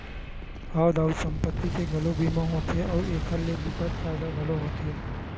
हव दाऊ संपत्ति के घलोक बीमा होथे अउ एखर ले बिकट फायदा घलोक होथे